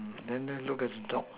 then look at the dog